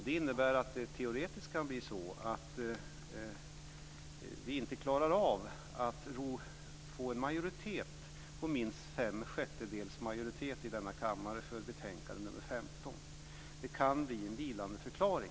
Det innebär att det teoretiskt kan bli så att vi inte klarar att få minst fem sjättedels majoritet i kammaren för betänkande nr 15. Det kan då bli en vilandeförklaring.